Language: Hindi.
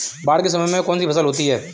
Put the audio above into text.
बाढ़ के समय में कौन सी फसल होती है?